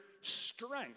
strength